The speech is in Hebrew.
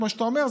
כמו שאתה אומר,